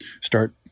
start